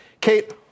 Kate